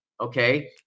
Okay